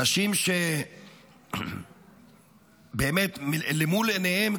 אנשים שבאמת למול עיניהם,